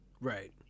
Right